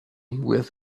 with